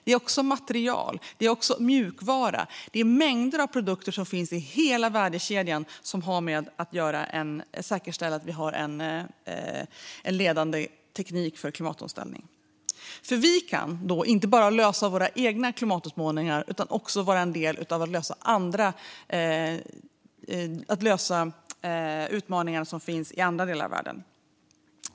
Det är också material, mjukvara och mängder av produkter som finns i hela värdekedjan som har att göra med att säkerställa att vi har en ledande teknik för klimatomställning. För vi kan då inte bara lösa våra egna klimatutmaningar utan också vara en del i att lösa utmaningar som finns i andra delar av världen.